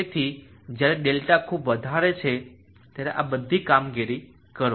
તેથી જ્યારે ડેલ્ટા ખૂબ વધારે છે ત્યારે આ બધી કામગીરી કરો